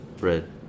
Red